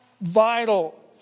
vital